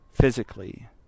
physically